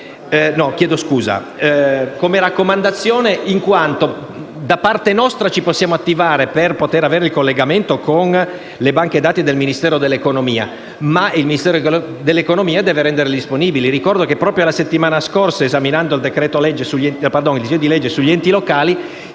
del giorno G45 come raccomandazione, in quanto da parte nostra ci possiamo attivare per poter avere il collegamento con le banche dati del Ministero dell'economia, ma tale Ministero deve renderle disponibili. Ricordo che proprio la settimana scorsa, esaminando il disegno di legge sugli enti locali,